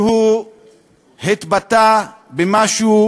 שהוא התבטא במשהו